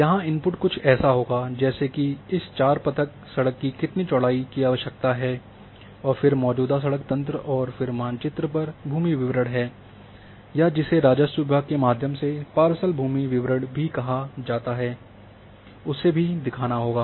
यहाँ इनपुट कुछ ऐसा होगा जैसे कि इस चार पथीय सड़क के लिए कितनी चौड़ाई की आवश्यकता है और फिर मौजूदा सड़क तंत्र है और फिर मानचित्र पर भूमि विवरण है या जिसे राजस्व विभाग के माध्यम से पार्सल भूमि विवरण भी कहा जाता है उसे भी दिखाना होगा